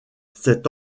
cet